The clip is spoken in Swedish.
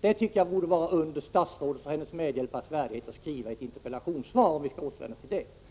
Det borde alltså vara både under statsrådets och under hennes medhjälpares värdighet att säga någonting sådant i ett interpellationssvar — om vi nu skall återvända till det.